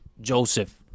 Joseph